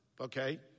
Okay